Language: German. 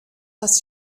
das